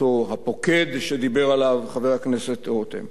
אותו הפוקד שדיבר עליו חבר הכנסת רותם.